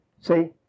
See